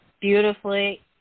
beautifully